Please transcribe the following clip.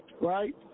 right